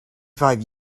five